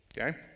okay